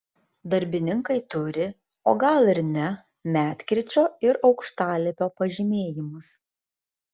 darbininkai turi o gal ir ne medkirčio ir aukštalipio pažymėjimus